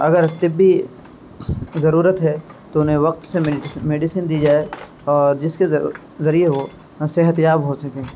اگر طبی ضرورت ہے تو انہیں وقت سے میڈیسین دی جائے اور جس کے ذریعے وہ صحتیاب ہو سکے